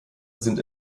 sind